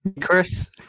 Chris